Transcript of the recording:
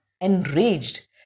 enraged